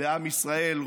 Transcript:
בעם ישראל.